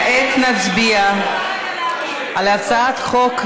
וכעת נצביע על הצעת חוק,